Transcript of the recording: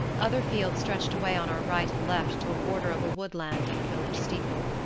other fields stretched away on our right and left to a border of woodland and a village steeple.